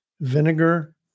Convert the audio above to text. vinegar